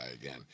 again